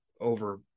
over